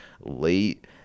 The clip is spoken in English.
late